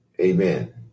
Amen